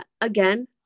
Again